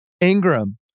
Ingram